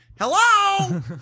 hello